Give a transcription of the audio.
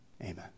Amen